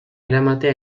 eramatea